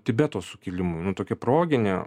tibeto sukilimui nu tokią proginę